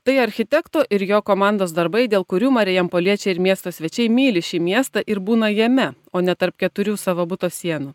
tai architekto ir jo komandos darbai dėl kurių marijampoliečiai ir miesto svečiai myli šį miestą ir būna jame o ne tarp keturių savo buto sienų